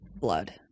blood